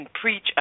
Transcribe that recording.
preach